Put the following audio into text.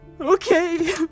Okay